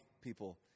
people